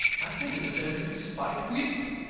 i thought it was only to spite wimp.